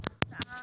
סמכויות